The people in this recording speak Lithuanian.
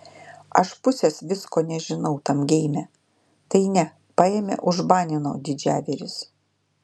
aš pusės visko nežinau tam geime tai ne paėmė užbanino didžiavyris